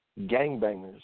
gangbangers